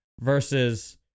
versus